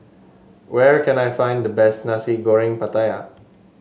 where can I find the best Nasi Goreng Pattaya